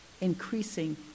Increasing